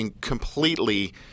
completely –